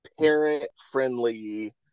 parent-friendly